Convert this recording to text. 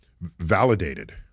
validated